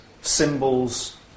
symbols